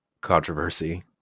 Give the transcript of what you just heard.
controversy